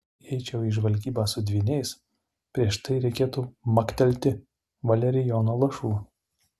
jei eičiau į žvalgybą su dvyniais prieš tai reikėtų maktelti valerijono lašų